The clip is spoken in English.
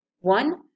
one